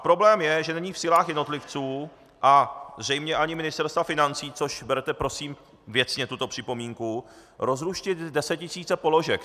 Problém je, že není v silách jednotlivců a zřejmě ani Ministerstva financí, což berte prosím věcně, tuto připomínku, rozluštit desetitisíce položek.